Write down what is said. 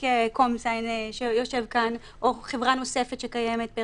"קומסיין" שיושב כאן או חברה נוספת שקיימת,